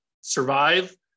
survive